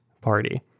Party